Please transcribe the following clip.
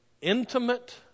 intimate